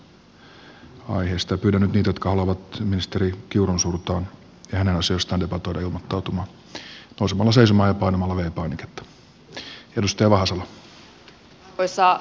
pyydän nyt niitä jotka haluavat ministeri kiurun suuntaan ja hänen asioistaan debatoida ilmoittautumaan nousemalla seisomaan ja painamalla v painiketta